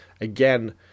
again